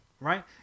right